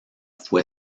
fue